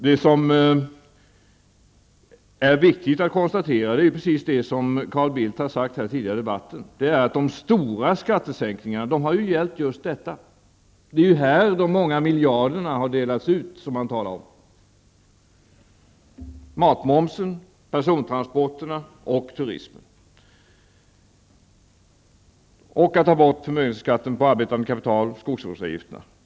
Det som är viktigt att konstatera är precis vad Carl Bildt har sagt tidigare i debatten: de stora skattesänkningarna har gällt just detta. Det är här de många miljarderna har delats ut: och till att ta bort förmögenhetsskatten på arbetande kapital samt slopad skogsvårdsavgift.